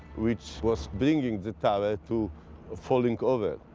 which was bringing the tower to falling over.